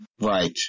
Right